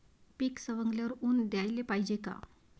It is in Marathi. पीक सवंगल्यावर ऊन द्याले पायजे का?